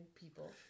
people